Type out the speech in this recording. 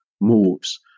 moves